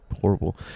horrible